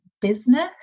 business